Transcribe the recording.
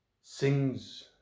sings